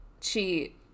cheat